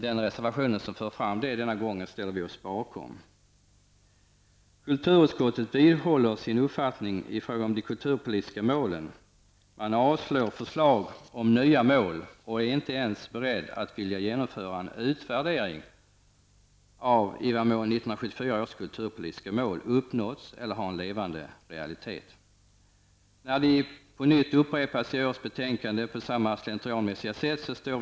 Den reservation där dessa saker tas upp ställer vi oss bakom. Kulturutskottet vidhåller sin uppfattning i fråga om de kulturpolitiska målen. Man avstyrker förslag om nya mål och är inte ens beredd att genomföra en utvärdering av i vad mån 1974 års kulturpolitiska mål har uppnåtts eller har en levande realitet. Det kulturpolitiska målen upprepas på nytt i årets betänkande, på samma slentrianmässiga sätt som tidigare.